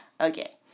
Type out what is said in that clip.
okay